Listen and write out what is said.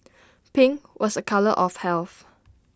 pink was A colour of health